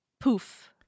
poof